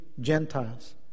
Gentiles